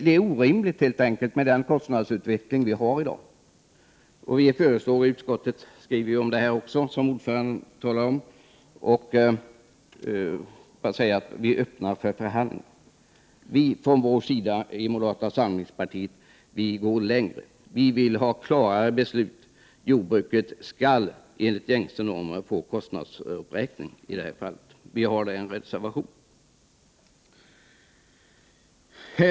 Det är helt enkelt orimligt med den kostnadsutveckling som vi har i dag. Utskottet skriver också om detta i betänkandet, vilket ordföranden nämnde, och jag vill bara säga att vi moderater är öppna för förhandling. Från moderat sida vill vi gå längre, vi vill ha klarare beslut. Jordbruket skall enligt gängse normer få en kostnadsuppräkning i det här fallet. Det har vi föreslagit i reservation 19.